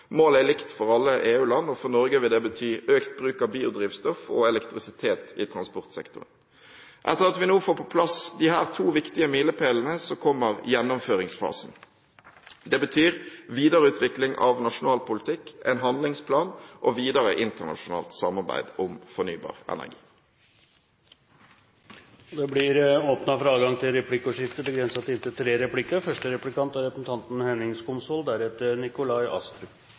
målet om en fornybarandel på 10 pst. i transportsektoren nås. Målet er likt for alle EU-land. For Norge vil det bety økt bruk av biodrivstoff og elektrisitet i transportsektoren. Etter at vi nå får på plass disse to viktige milepælene, kommer gjennomføringsfasen. Det betyr videreutvikling av nasjonal politikk, en handlingsplan og videre internasjonalt samarbeid om fornybar energi. Det blir åpnet for replikkordskifte.